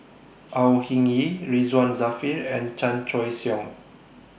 Au Hing Yee Ridzwan Dzafir and Chan Choy Siong